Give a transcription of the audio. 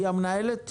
היא המנהלת?